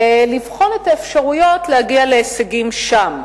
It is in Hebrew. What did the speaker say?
ולבחון את האפשרויות להגיע להישגים שם,